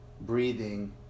breathing